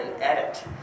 edit